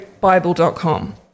Bible.com